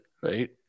right